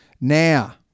Now